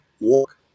walk